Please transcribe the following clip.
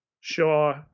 shaw